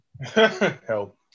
Help